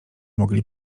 mogli